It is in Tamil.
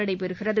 நடைபெறுகிறது